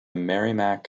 merrimack